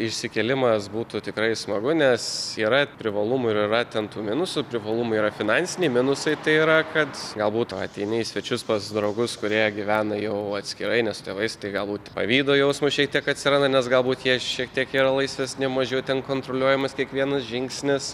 išsikėlimas būtų tikrai smagu nes yra privalumų ir yra ten tų minusų privalumai yra finansiniai minusai tai yra kad galbūt tu ateini į svečius pas draugus kurie gyvena jau atskirai ne su tėvais tai galbūt pavydo jausmo šiek tiek atsiranda nes galbūt jie šiek tiek yra laisvesni mažiau ten kontroliuojamas kiekvienas žingsnis